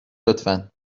لطفا